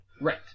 Right